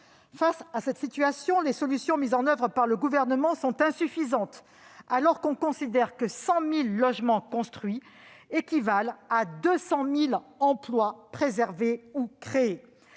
Face à cette situation, les solutions mises en oeuvre par le Gouvernement sont insuffisantes, alors que l'on considère que 100 000 logements construits équivalent à 200 000 emplois préservés ou créés.